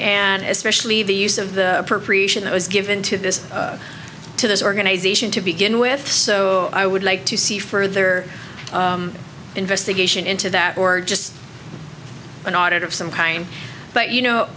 and especially the use of the appropriation that was given to this to this organization to begin with so i would like to see further investigation into that or just an audit of some kind but you know